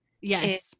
yes